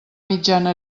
mitjana